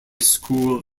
school